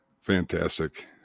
Fantastic